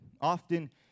often